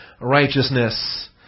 righteousness